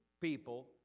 people